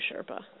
Sherpa